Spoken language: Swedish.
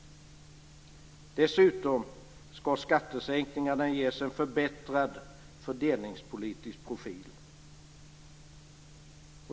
Dessutom skall skattesänkningarna ges en förbättrad fördelningspolitisk profil.